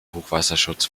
hochwasserschutz